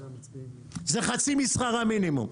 זה חצי משכר המינימום,